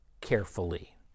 carefully